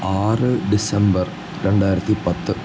ആറ് ഡിസംബർ രണ്ടായിരത്തി പത്ത്